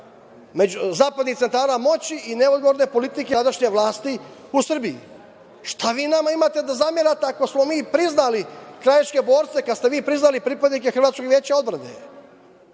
zapadnih centara moći i neodgovorne politike tadašnje vlasti u Srbiji. Šta vi nama ima da zamerate ako smo mi priznali krajiške borce, kad ste vi priznali pripadnike hrvatskog veća odbrane?